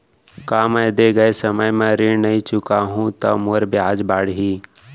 का मैं दे गए समय म ऋण नई चुकाहूँ त मोर ब्याज बाड़ही?